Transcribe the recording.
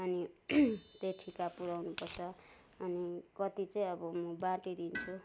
अनि त्यही ठिका पुऱ्याउनु पर्छ अनि कत्ति चाहिँ अब म बाँडिदिन्छु